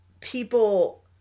people